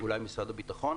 אולי משרד הביטחון.